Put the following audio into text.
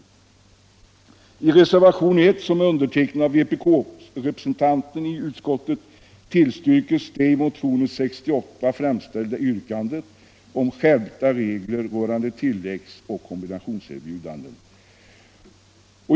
I reservationen 1 vid näringsutskottets betänkande 1975/76:14, som är undertecknad av vpk-representanten i utskottet, tillstyrks det i motionen 68 framställda yrkandet om skärpta regler rörande tilläggs och kombinationserbjudanden.